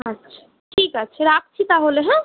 আচ্ছা ঠিক আছে রাখছি তাহলে হ্যাঁ